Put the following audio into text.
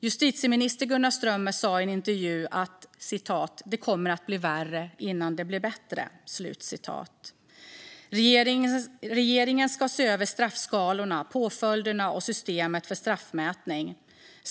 Justitieminister Gunnar Strömmer sa i en intervju att "det kommer att bli värre innan det blir bättre". Regeringen ska se över straffskalorna, påföljderna och systemet för straffmätning.